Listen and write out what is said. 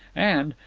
and,